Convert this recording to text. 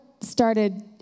started